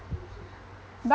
but